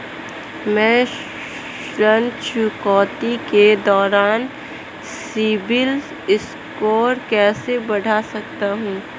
मैं ऋण चुकौती के दौरान सिबिल स्कोर कैसे बढ़ा सकता हूं?